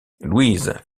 louise